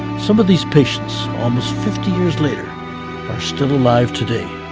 some of these patients, almost fifty years later are still alive today.